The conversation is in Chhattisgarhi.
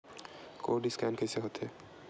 कोर्ड स्कैन कइसे होथे?